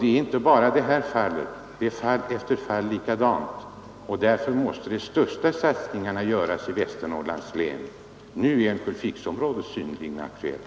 Det gäller inte bara det här fallet, utan det är likadant i fall efter fall. Därför måste de största satsningarna göras i Västernorrlands län. Nu är Örnsköldsviksområdet synnerligen aktuellt.